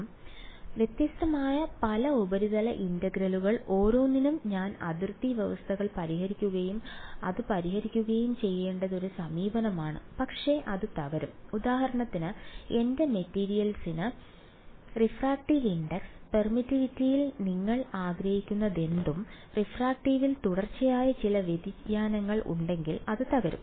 അതിനാൽ വ്യത്യസ്തമായ പല ഉപരിതല ഇന്റഗ്രലുകൾ ഓരോന്നിനും ഞാൻ അതിർത്തി വ്യവസ്ഥകൾ പരിഹരിക്കുകയും അത് പരിഹരിക്കുകയും ചെയ്യേണ്ടത് ഒരു സമീപനമാണ് പക്ഷേ അത് തകരും ഉദാഹരണത്തിന് എന്റെ മെറ്റീരിയലിന് റിഫ്രാക്റ്റീവ് ഇൻഡക്സ് പെർമിറ്റിവിറ്റിയിൽ നിങ്ങൾ ആഗ്രഹിക്കുന്നതെന്തും റിഫ്രാക്റ്റീവിൽ തുടർച്ചയായ ചില വ്യതിയാനങ്ങൾ ഉണ്ടെങ്കിൽ അത് തകരും